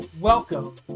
Welcome